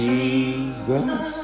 Jesus